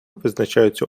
визначаються